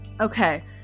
Okay